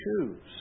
choose